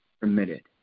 permitted